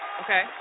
Okay